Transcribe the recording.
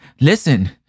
Listen